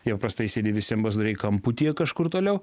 jau prastai sėdi visi ambasadoriai kamputyje kažkur toliau